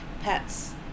pets